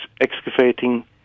excavating